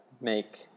make